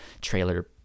trailer